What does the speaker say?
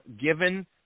given